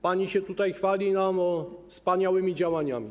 Pani się tutaj chwali nam wspaniałymi działaniami.